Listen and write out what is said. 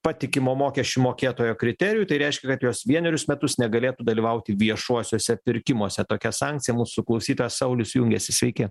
patikimo mokesčių mokėtojo kriterijų tai reiškia kad jos vienerius metus negalėtų dalyvauti viešuosiuose pirkimuose tokia sankcija mūsų klausytojas saulius jungiasi sveiki